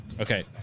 Okay